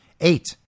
Eight